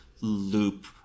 loop